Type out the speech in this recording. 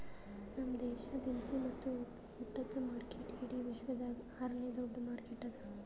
ನಮ್ ದೇಶ ದಿನಸಿ ಮತ್ತ ಉಟ್ಟದ ಮಾರ್ಕೆಟ್ ಇಡಿ ವಿಶ್ವದಾಗ್ ಆರ ನೇ ದೊಡ್ಡ ಮಾರ್ಕೆಟ್ ಅದಾ